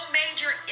major